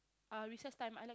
uh recess time I like